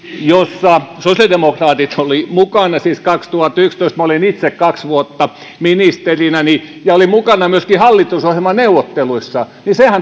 jossa sosiaalidemokraatit olivat mukana siis kaksituhattayksitoista minä olin itse kaksi vuotta ministerinä ja olin mukana myöskin hallitusohjelmaneuvotteluissa